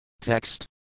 Text